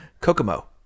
Kokomo